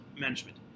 management